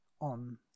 on